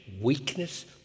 weakness